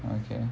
okay